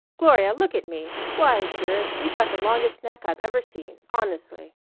gloria, look at me! why, dearest, you've got the longest neck i've ever seen. honestly.